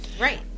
Right